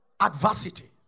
Adversity